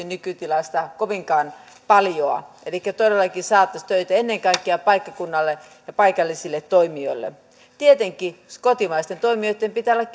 nykytilasta kovinkaan paljoa elikkä todellakin saataisiin töitä ennen kaikkea paikkakunnalle ja paikallisille toimijoille tietenkin kotimaisten toimijoitten pitää olla